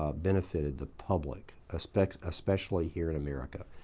ah benefited the public, especially especially here in america,